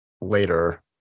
later